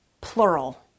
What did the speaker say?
plural